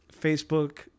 facebook